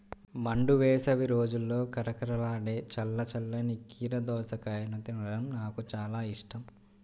మండు వేసవి రోజుల్లో కరకరలాడే చల్ల చల్లని కీర దోసకాయను తినడం నాకు చాలా ఇష్టం